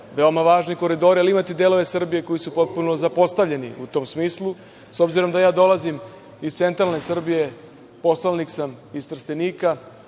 veoma važni koridori, ali imate delove Srbije koji su potpuno zapostavljeni u tom smislu. S obzirom da ja dolazim iz centralne Srbije, poslanik sam iz Trstenika,